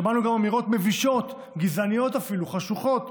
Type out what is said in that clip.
שמענו גם אמירות מבישות, גזעניות אפילו, חשוכות,